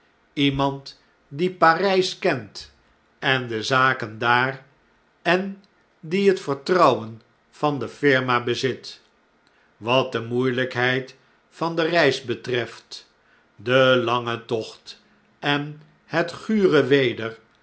iemand die p a r y s kent en de zaken daar en die het vertrouwen van de firma bezit wat de moeielijkheid van de reis betreft den langen tocht en het gure weder